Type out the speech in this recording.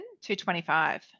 225